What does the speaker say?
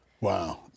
Wow